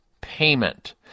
payment